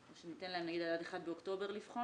או שניתן להם עד 1 באוקטובר לבחון?